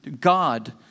God